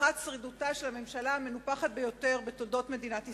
הבטחת שרידותה של הממשלה המנופחת ביותר בתולדות מדינת ישראל.